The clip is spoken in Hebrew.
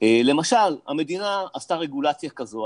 למשל המדינה עשתה רגולציה כזו,